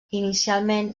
inicialment